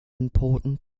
important